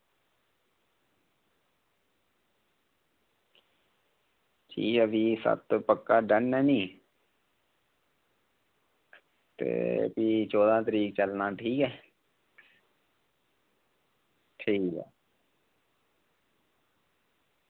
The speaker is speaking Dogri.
ठीक ऐ भी सत्त पक्का डन ऐ निं ते भी चौदां तरीक चलना ठीक ऐ